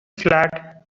flat